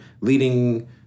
leading